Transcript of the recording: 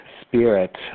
spirit